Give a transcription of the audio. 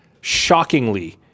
shockingly